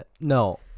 no